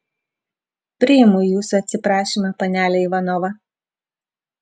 priimu jūsų atsiprašymą panele ivanova